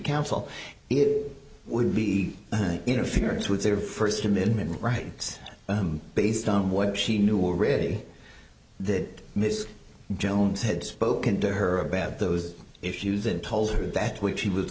council it would be interference with their first amendment rights based on what she knew already that miss jones had spoken to her about those issues and told her that what she was